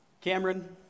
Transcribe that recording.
Cameron